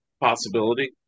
possibility